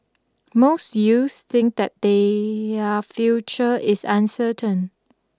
most youths think that they are future is uncertain